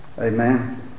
Amen